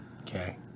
Okay